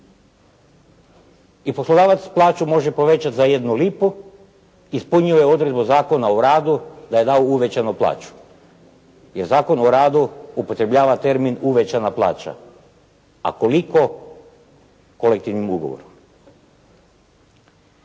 poslodavac plaću može povećati za jednu lipu, ispunjuje odredbu Zakona o radu da je dao uvećanu plaću. Jer Zakon o radu upotrebljava termin uvećana plaća, a koliko kolektivnim ugovorom.